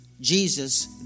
Jesus